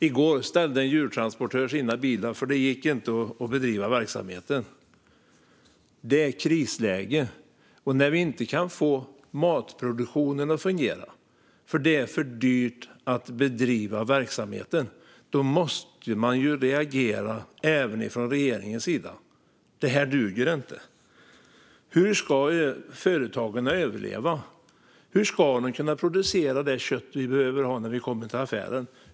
I går ställde en djurtransportör sina bilar därför att det inte gick att bedriva verksamheten. Det är ett krisläge. När vi inte kan få matproduktionen att fungera därför att det är för dyrt att bedriva verksamheten måste även regeringen reagera. Detta duger inte. Hur ska företagarna överleva? Hur ska de kunna producera det kött vi behöver när vi kommer till affären?